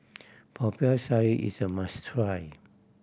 Popiah Sayur is a must try